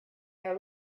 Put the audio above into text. their